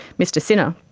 mr sinna.